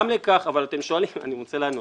אבל אתם שואלים, אני רוצה לענות.